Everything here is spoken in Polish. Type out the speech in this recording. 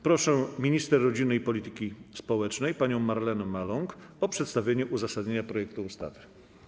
Proszę minister rodziny i polityki społecznej panią Marlenę Maląg o przedstawienie uzasadnienia projektu ustawy.